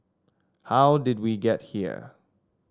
how did we get here